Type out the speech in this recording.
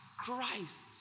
Christ